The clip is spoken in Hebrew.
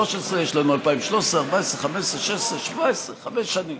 יש לנו 2013, 2014, 2015, 2016, 2017. חמש שנים.